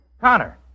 Connor